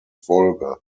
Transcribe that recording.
folge